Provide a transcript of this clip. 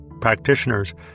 practitioners